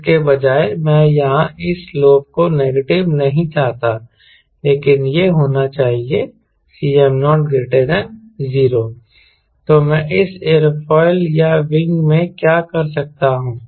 इसके बजाय मैं यहां इस सलोप को नेगेटिव नहीं चाहता लेकिन यह होना चाहिए Cm00 तो मैं इस एयरफॉयल या विंग में क्या कर सकता हूं